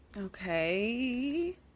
Okay